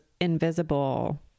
invisible